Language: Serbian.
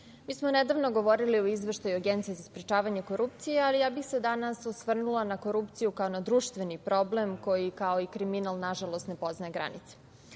smo nedavno govorili o Izveštaju Agencije za sprečavanje korupcije, ali ja bih se danas osvrnula na korupciju kao na društveni problem koji kao i kriminal nažalost ne poznaje granice. Stoga